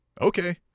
Okay